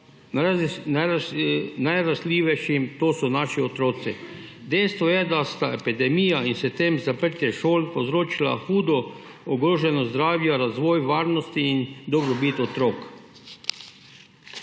najranljivejših, to so naši otroci. Dejstvo je, da sta epidemija in zaradi nje zaprtje šol povzročila hudo ogroženost zdravja, razvoja, varnosti in dobrobiti otrok.